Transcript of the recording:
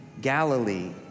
Galilee